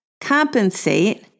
compensate